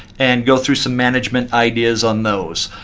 and go through some management ideas on those.